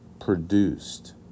produced